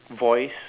voice